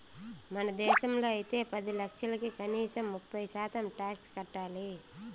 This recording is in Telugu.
మన దేశంలో అయితే పది లక్షలకి కనీసం ముప్పై శాతం టాక్స్ కట్టాలి